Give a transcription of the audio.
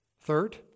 Third